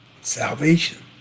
salvation